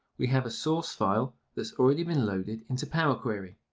we have a source file that's already been loaded into power query.